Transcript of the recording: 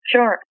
Sure